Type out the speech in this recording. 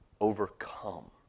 overcome